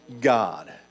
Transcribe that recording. God